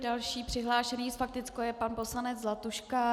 Další přihlášený s faktickou je pan poslanec Zlatuška.